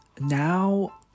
now